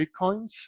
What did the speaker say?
Bitcoins